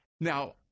Now